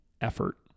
effort